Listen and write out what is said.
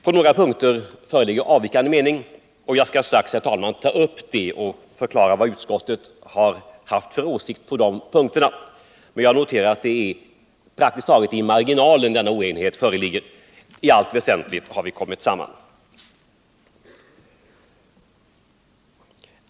På några punkter föreligger avvikande mening, och jag skall strax, herr talman, ta upp dem och förklara vad utskottet har haft för åsikt på dessa punkter. Men jag noterar att det är praktiskt taget i marginalen som denna oenighet föreligger. I allt väsentligt har vi kommit samman.